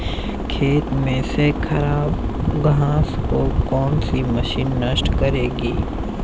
खेत में से खराब घास को कौन सी मशीन नष्ट करेगी?